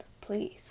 please